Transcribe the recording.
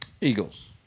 Eagles